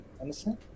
understand